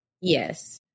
yes